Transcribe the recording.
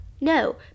No